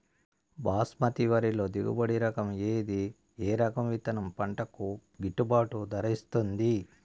బాస్మతి వరిలో దిగుబడి రకము ఏది ఏ రకము విత్తనం పంటకు గిట్టుబాటు ధర ఇస్తుంది